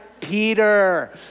Peter